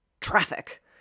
traffic